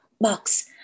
box